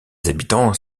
habitants